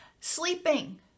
sleeping